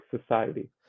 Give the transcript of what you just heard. society